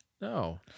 No